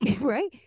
right